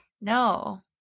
No